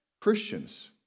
Christians